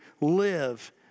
live